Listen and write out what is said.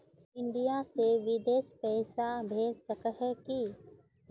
India से बिदेश पैसा भेज सके है की?